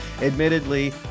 admittedly